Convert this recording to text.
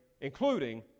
including